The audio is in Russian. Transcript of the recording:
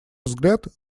взгляд